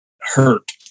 hurt